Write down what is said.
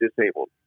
disabled